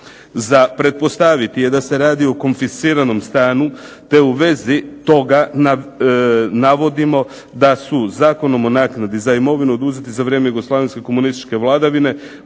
za pretpostaviti je da se radi o konfisciranom stanu te u vezi toga navodimo da su Zakonom o naknadi za imovinu za vrijeme jugoslavenske komunističke vladavine